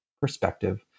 perspective